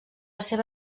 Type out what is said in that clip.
seva